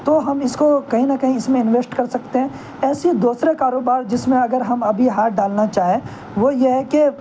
تو ہم اس کو کہیں نہ کہیں اس میں انویسٹ کر سکتے ہیں ایسے ہی دوسرے کاروبار جس میں اگر ہم ابھی ہاتھ ڈالنا چاہیں وہ یہ ہے کہ